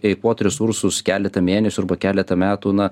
eikvot resursus keletą mėnesių arba keletą metų na